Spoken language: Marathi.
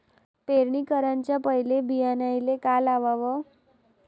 पेरणी कराच्या पयले बियान्याले का लावाव?